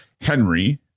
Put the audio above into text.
henry